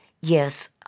Yes